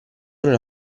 nella